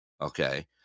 okay